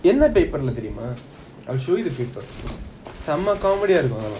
என்ன:enna I'll show you the paper செம்ம:semma comedy eh இருக்கும்:irukum